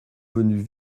venus